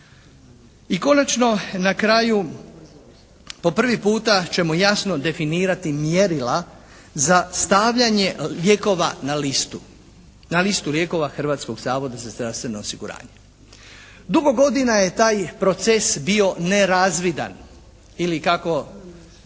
I konačno, na kraju, po prvi puta ćemo jasno definirati mjerila za stavljanje lijekova na listu, na listu lijekova Hrvatskog zavoda za zdravstveno osiguranje. Dugo godina je taj proces bio nerazvidan ili kako